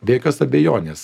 be jokios abejonės